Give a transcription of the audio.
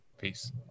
peace